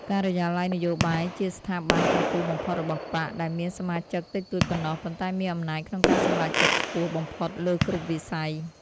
ការិយាល័យនយោបាយជាស្ថាប័នកំពូលបំផុតរបស់បក្ស ដែលមានសមាជិកតិចតួចប៉ុណ្ណោះ ប៉ុន្តែមានអំណាចក្នុងការសម្រេចចិត្តខ្ពស់បំផុតលើគ្រប់វិស័យ ។